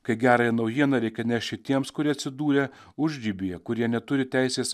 kai gerąją naujieną reikia nešti tiems kurie atsidūrė užribyje kurie neturi teisės